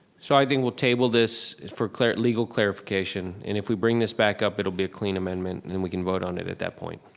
so i think we'll table this for legal clarification. and if we bring this back up, it'll be a clean amendment, and and we can vote on it at that point.